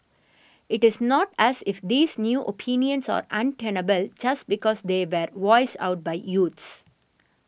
it is not as if these new opinions are untenable just because they voiced out by youths